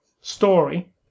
story